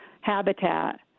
habitat